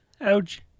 Ouch